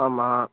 ஆமாம்